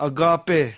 Agape